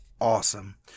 awesome